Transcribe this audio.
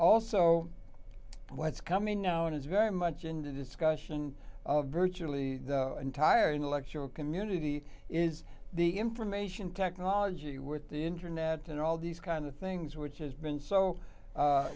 also what's coming out is very much in the discussion of virtually the entire intellectual community is the information technology with the internet and all these kind of things which has been so